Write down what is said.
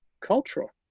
cultural